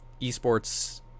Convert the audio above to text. eSports